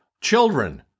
Children